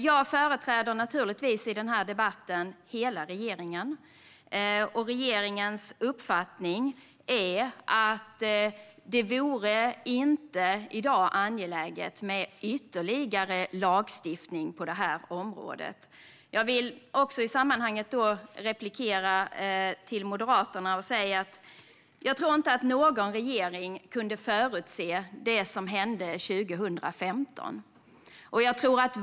I den här debatten företräder jag hela regeringen. Regeringens uppfattning är att det inte i dag är angeläget med ytterligare lagstiftning på det här området. I det sammanhanget vill jag replikera till Moderaterna, att jag inte tror att någon regering kunde förutse det som hände 2015.